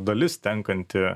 dalis tenkanti